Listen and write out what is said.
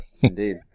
Indeed